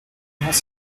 avons